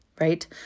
right